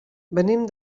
venim